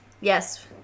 Yes